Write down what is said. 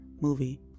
movie